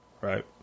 right